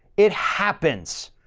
it happens.